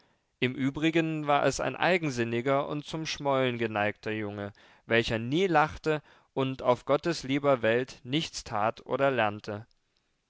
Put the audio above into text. im übrigen war es ein eigensinniger und zum schmollen geneigter junge welcher nie lachte und auf gottes lieber welt nichts tat oder lernte